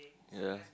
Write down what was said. ya